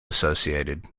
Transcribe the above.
associated